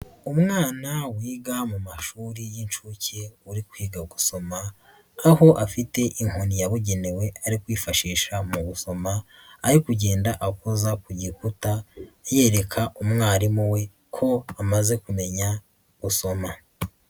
Umwana wiga mu mashuri y'inshuke uri kwiga gusoma, aho afite inkoni yabugenewe ari kwifashisha mu gusoma, ari kugenda akoza ku giputa, yereka umwarimu we ko amaze kumenya gusoma.